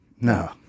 No